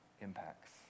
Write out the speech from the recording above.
impacts